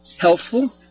helpful